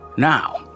Now